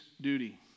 duty